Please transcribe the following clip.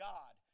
God